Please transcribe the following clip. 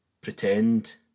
pretend